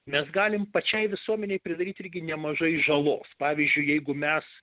mes galim pačiai visuomenei pridaryt irgi nemažai žalos pavyzdžiui jeigu mes